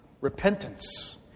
repentance